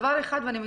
ואני מתנצלת,